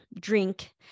drink